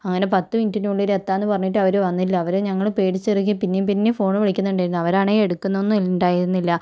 അങ്ങനെ പത്തു മിനുറ്റിനുള്ളില് എത്താന്ന് പറഞ്ഞിട്ട് അവര് വന്നില്ല അവര് ഞങ്ങള് പേടിച്ചിരിക്കുകയാണ് പിന്നേയും പിന്നേയും ഫോണിൽ വിളിക്കുന്നുണ്ടായിരുന്നു അവരാണേൽ എടുക്കുന്നൊന്നും ഉണ്ടായിരുന്നില്ല